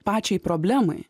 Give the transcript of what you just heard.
pačiai problemai